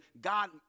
God